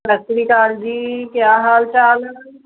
ਸਤਿ ਸ਼੍ਰੀ ਅਕਾਲ ਜੀ ਕਿਆ ਹਾਲ ਚਾਲ